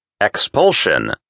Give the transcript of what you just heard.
Expulsion